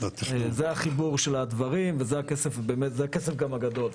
זה החיבור של הדברים וזה הכסף גם הגדול.